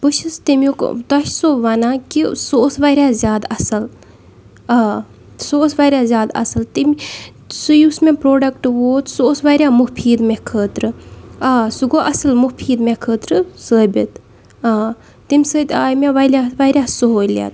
بہٕ چھس تَمیُٚک تۄہہِ چھُسو وَنان کہِ سُہ اوس واریاہ زیادٕ اَصٕل آ سُہ اوس واریاہ زیادٕ اَصٕل تم سُہ یُس مےٚ پرٛوڈَکٹ ووت سُہ اوس واریاہ مُفیٖد مےٚ خٲطرٕ آ سُہ گوٚو اَصٕل مُفیٖد مےٚ خٲطرٕ ثٲبِت آ تمہِ سۭتۍ آے والیہ واریاہ سہوٗلیت